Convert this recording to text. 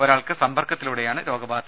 ഒരാൾക്ക് സമ്പർക്കത്തിലൂടെയാണ് രോഗബാധ